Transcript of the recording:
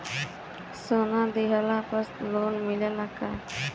सोना दिहला पर लोन मिलेला का?